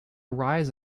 rise